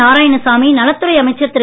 நாராயணசாமி நலத்துறை அமைச்சர் திரு